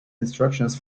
instructions